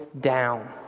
down